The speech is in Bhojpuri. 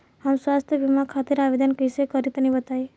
हम स्वास्थ्य बीमा खातिर आवेदन कइसे करि तनि बताई?